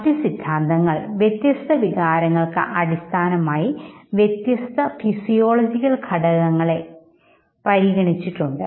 മറ്റ് സിദ്ധാന്തങ്ങൾ വ്യത്യസ്ത വികാരങ്ങൾക്ക് അടിസ്ഥാനമായി വ്യത്യസ്ത ഫിസിയോളജിക്കൽ ഘടകങ്ങളെ പരിഗണിച്ചിട്ടുണ്ട്